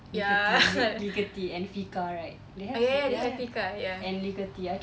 lickety lickety and fika right they have fika kan and lickety